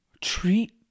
treat